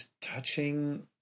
touching